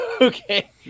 okay